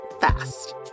fast